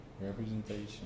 Representation